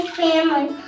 family